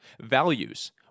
Values